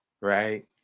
right